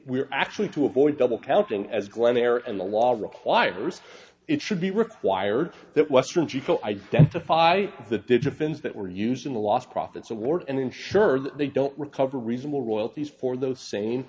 are actually to avoid double counting as glen air and the law requires it should be required that western people identify the digit pins that were used in the lost profits award and ensure they don't recover reasonable royalties for those same